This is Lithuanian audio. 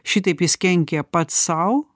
šitaip jis kenkia pats sau